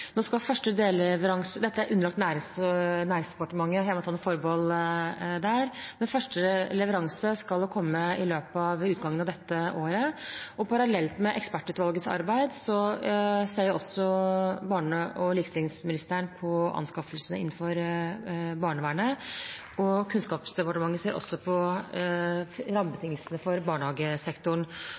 Dette er underlagt Næringsdepartementet, så jeg må ta noen forbehold der, men første leveranse skal komme i løpet av utgangen av dette året. Parallelt med ekspertutvalgets arbeid ser barne- og likestillingsministeren på anskaffelsene innenfor barnevernet, og Kunnskapsdepartementet ser på rammebetingelsene for barnehagesektoren.